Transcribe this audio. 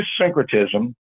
syncretism